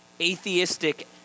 atheistic